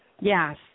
Yes